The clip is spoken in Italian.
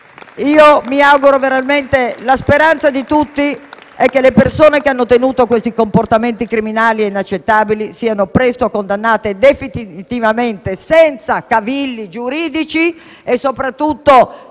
La speranza di tutti è che le persone che hanno tenuto questi comportamenti criminali e inaccettabili siano presto condannate definitivamente, senza cavilli giuridici, e che soprattutto